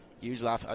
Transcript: usually